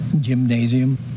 gymnasium